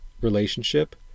relationship